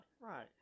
Right